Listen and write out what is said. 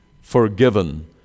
forgiven